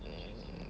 mm